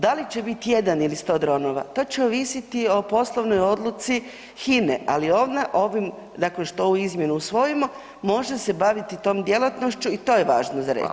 Da li će biti jedan ili 100 dronova, to će ovisiti o poslovnoj odluci HINA-e ali ona ovim dakle što ovu izmjenu usvojimo, može se baviti tom djelatnošću i to je važno za reći.